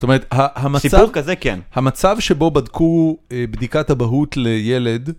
זאת אומרת, המצב-סיפור כזה כן-שבדקו בדיקת אבהות לילד...